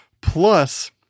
plus